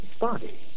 body